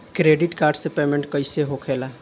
Credit card से payment कईसे होखेला?